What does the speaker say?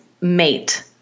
mate